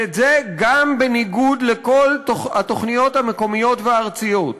ואת זה גם בניגוד לכל התוכניות המקומיות והארציות,